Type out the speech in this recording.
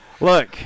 Look